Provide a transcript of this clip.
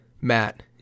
Matt